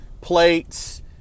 plates